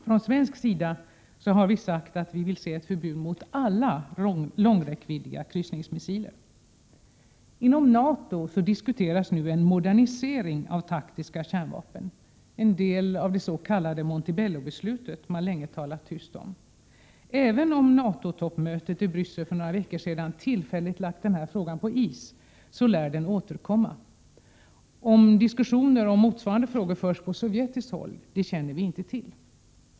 Från svensk sida har vi sagt att vi vill se ett förbud mot alla kryssningsmissiler med lång räckvidd. Inom NATO diskuteras en modernisering av taktiska kärnvapen — en del av det s.k. Montebellobeslutet som man länge talat tyst om. Även om NATO-toppmötet i Bryssel för några veckor sedan tillfälligt lagt denna fråga på is lär den återkomma. Om diskussioner om motsvarande frågor förs på sovjetiskt håll känner vi inte till.